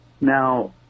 Now